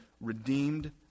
redeemed